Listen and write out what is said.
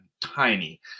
Tiny